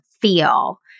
feel